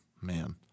Man